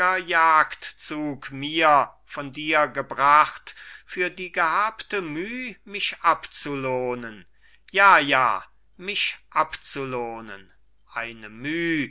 jagdzug mir von dir gebracht für die gehabte müh mich abzulohnen ja ja mich abzulohnen eine müh